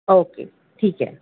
okay ٹھیک ہے